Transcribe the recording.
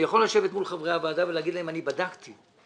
ולהגיד להם: אני בדקתי.